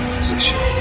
Position